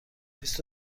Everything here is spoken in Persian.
بیست